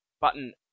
button